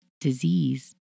disease